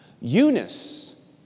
Eunice